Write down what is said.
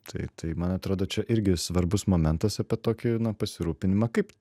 tai tai man atrodo čia irgi svarbus momentas apie tokį na pasirūpinimą kaip